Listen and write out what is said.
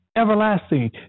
everlasting